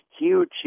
huge